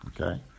Okay